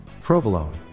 Provolone